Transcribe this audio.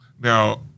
now